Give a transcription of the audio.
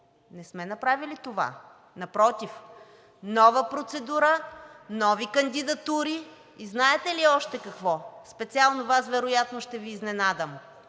не сме направили това. Напротив – нова процедура, нови кандидатури. И знаете ли още какво, специално Вас вероятно ще Ви изненадам,